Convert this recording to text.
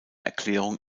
erklärung